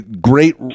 great